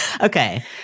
Okay